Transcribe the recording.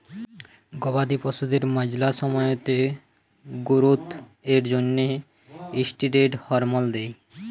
গবাদি পশুদের ম্যালা সময়তে গোরোথ এর জ্যনহে ষ্টিরেড হরমল দেই